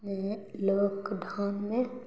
लोक ढङ्गे